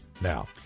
now